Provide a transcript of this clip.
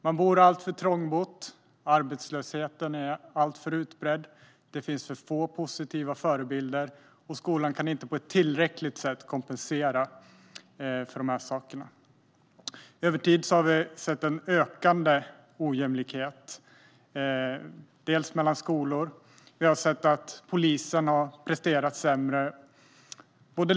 Man bor alltför trångt, arbetslösheten är alltför utbredd, det finns för få positiva förebilder, och skolan kan inte på ett tillräckligt sätt kompensera för dessa saker. Över tid har vi fått se en ökande ojämlikhet mellan olika skolor, och vi har sett att polisen har presterat sämre.